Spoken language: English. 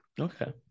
Okay